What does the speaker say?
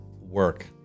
work